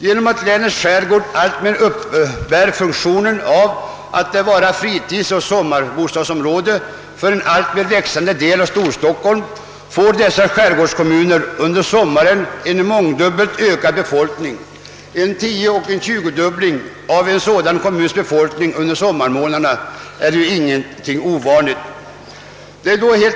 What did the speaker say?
Genom att länets skärgård alltmer får funktionen som fritidsoch sommarbostadsområde för en växande del av Storstockholm ökas befolkningen i dessa skärgårdskommuner mångdubbelt under sommaren — en tioeller tjugodubbling av en sådan kommuns befolkning under sommarmånaderna är inte något ovanligt.